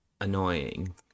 annoying